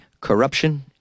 corruption